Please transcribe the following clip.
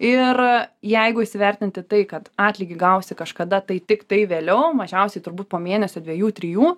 ir jeigu įsivertinti tai kad atlygį gausi kažkada tai tiktai vėliau mažiausiai turbūt po mėnesio dviejų trijų